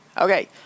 Okay